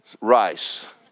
rice